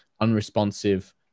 unresponsive